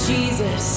Jesus